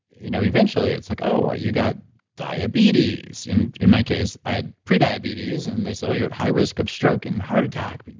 you know eventually, it's like, oh, you got diabetes, in in my case, i had pre-diabetes. and they said, oh, you're at high risk of stroke and heart attack.